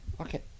Okay